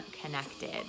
connected